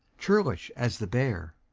churlish as the bear,